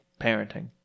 parenting